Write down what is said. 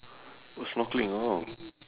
oh snorkeling oh